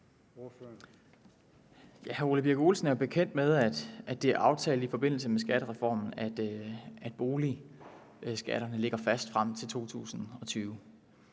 Hr. Ole Birk Olesen er jo bekendt med, at det er aftalt i forbindelse med skattereformen, at boligskatterne ligger fast frem til 2020.